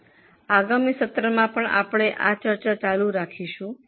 અમે આગામી સત્રમાં આ ચર્ચા ચાલુ રાખીશું